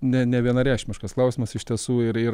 ne nevienareikšmiškas klausimas iš tiesų ir ir